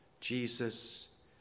Jesus